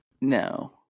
No